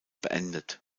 beendet